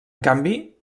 canvi